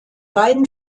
beiden